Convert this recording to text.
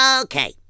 Okay